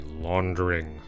laundering